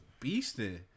beasting